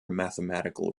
mathematical